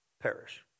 perish